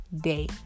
day